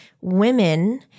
women